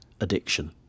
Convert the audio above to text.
addiction